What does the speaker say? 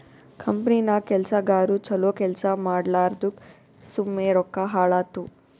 ಕಂಪನಿನಾಗ್ ಕೆಲ್ಸಗಾರು ಛಲೋ ಕೆಲ್ಸಾ ಮಾಡ್ಲಾರ್ದುಕ್ ಸುಮ್ಮೆ ರೊಕ್ಕಾ ಹಾಳಾತ್ತುವ್